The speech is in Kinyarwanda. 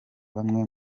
bamwe